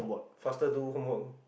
faster do homework